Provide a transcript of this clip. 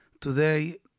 Today